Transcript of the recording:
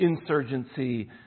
insurgency